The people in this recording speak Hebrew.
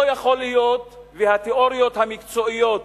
לא יכול להיות, והתיאוריות המקצועיות